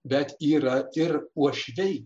bet yra ir uošviai